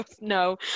no